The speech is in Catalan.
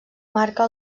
marca